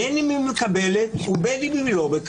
בין אם היא מקבלת ובין אם היא לא מקבלת,